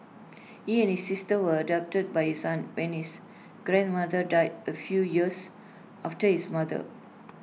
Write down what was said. he and sister were adopted by his aunt when his grandmother died A few years after his mother